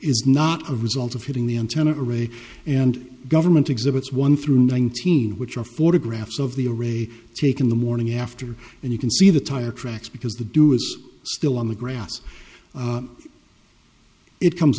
is not a result of hitting the antenna array and government exhibits one through nineteen which are photographs of the array taken the morning after and you can see the tire tracks because the do is still on the grass it comes